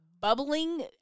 bubbling